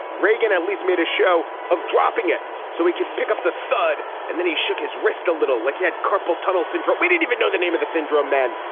reagan at least made a show of dropping it so he could pick up the thud and then he shook his wrist a little like he had carpal tunnel syndrome. we didn't even know the name of the syndrome then.